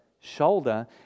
shoulder